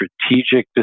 strategic